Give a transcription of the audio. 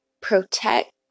protect